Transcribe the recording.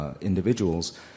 individuals